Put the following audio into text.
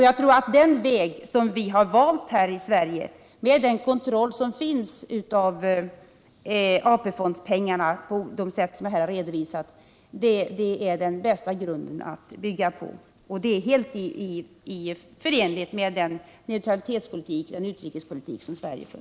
Jag tror att den väg som vi har valt i Sverige, med en kontroll av AP fondspengarna som fungerar på det sätt som jag här har redovisat, är den bästa grunden att bygga på. Och det är helt förenligt med den utrikespolitik som Sverige för.